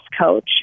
coach